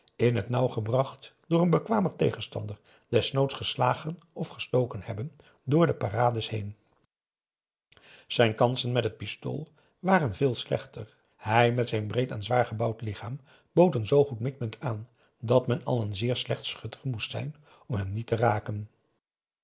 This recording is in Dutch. in het nauw gebracht door een bekwamer tegenstander desnoods geslagen of gestoken hebben door de parades heen zijn kansen met het pistool waren veel slechter hij met zijn breed en zwaar gebouwd lichaam bood een zoo goed mikpunt aan dat men al een zeer slecht schutter moest zijn om hem niet te raken